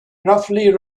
roughly